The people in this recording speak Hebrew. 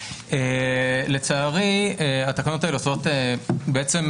לצערי התקנות האלה עושות בעצם,